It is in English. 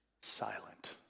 silent